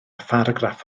pharagraff